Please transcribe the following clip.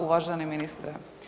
Uvaženi ministre.